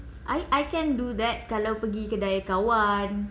I I can do that kalau pergi kedai kawan